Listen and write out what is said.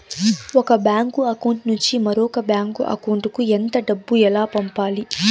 ఒక bank account నుంచి మరొక బ్యాంకు అకౌంట్ కు ఎంత డబ్బు ఎలా పంపాలి